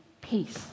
peace